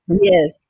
Yes